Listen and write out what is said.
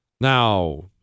now